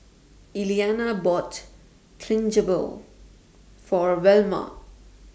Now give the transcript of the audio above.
Iliana bought Chigenabe For Velma